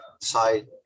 side